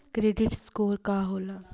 Credit score का होला?